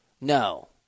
No